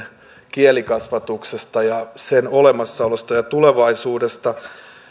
kielikasvatuksesta ja sen olemassaolosta ja tulevaisuudesta